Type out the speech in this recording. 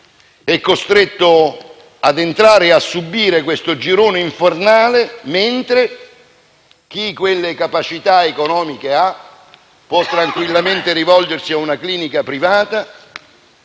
è costretto ad entrare e a subire questo girone infernale, mentre chi quelle capacità economiche ha può tranquillamente rivolgersi ad una clinica privata